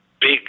big